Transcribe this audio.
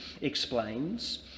explains